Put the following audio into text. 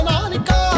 Nanika